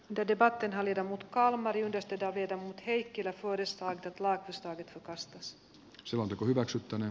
de debatin hallita mut kalmari yhdestä david heikkilä vuodessa lakkisto rastas selonteko hylätään